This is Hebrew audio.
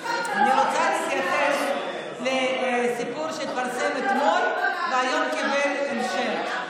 אני רוצה להתייחס לסיפור שהתפרסם אתמול והיום קיבל המשך.